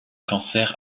cancer